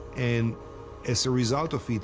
and as a result of it,